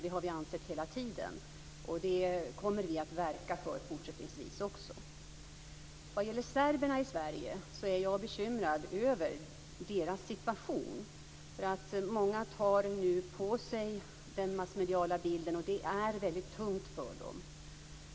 Det har vi ansett hela tiden, och det kommer vi att verka för fortsättningsvis också. Vad gäller serberna i Sverige är jag bekymrad över deras situation. Många tar nu på sig den massmediala bilden, och det är väldigt tungt för dem.